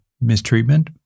mistreatment